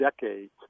decades